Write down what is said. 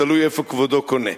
תלוי איפה כבודו קונה.